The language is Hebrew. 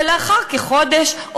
ולאחר כחודש,